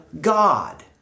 God